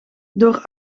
door